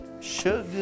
Sugar